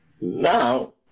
Now